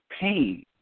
pain